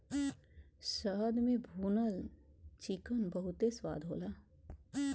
शहद में भुनल चिकन बहुते स्वाद होला